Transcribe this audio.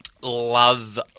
Love